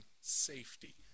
safety